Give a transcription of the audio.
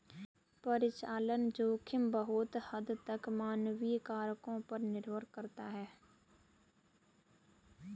परिचालन जोखिम बहुत हद तक मानवीय कारकों पर निर्भर करता है